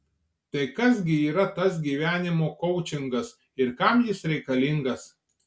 tai kas gi yra tas gyvenimo koučingas ir kam jis reikalingas